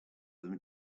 them